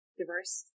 diverse